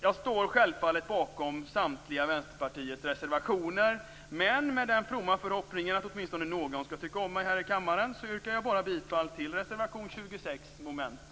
Jag står självfallet bakom Vänsterpartiets samtliga reservationer. Men med den fromma förhoppningen att åtminstone någon här i kammaren skall tycka om mig yrkar jag bifall endast till reservation 26 under mom. 36.